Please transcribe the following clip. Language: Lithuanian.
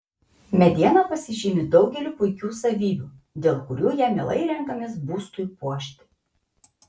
mediena pasižymi daugeliu puikių savybių dėl kurių ją mielai renkamės būstui puošti